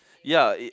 ya it